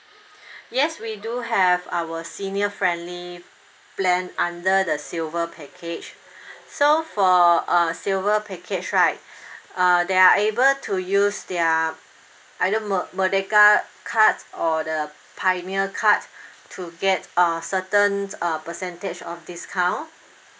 yes we do have our senior-friendly plan under the silver package so for uh silver package right uh they are able to use their either me~ Merdeka cards or the pioneer card to get uh certain uh percentage of discount